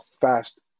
fast